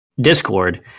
Discord